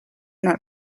that